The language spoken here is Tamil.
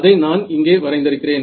அதை நான் இங்கே வரைந்திருக்கிறேன்